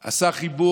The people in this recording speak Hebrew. הוא עשה חיבור